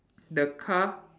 the car